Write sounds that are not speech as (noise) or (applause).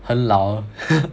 很老 lor (laughs)